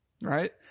right